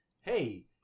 hey